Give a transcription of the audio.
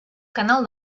canal